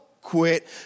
quit